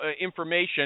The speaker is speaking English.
information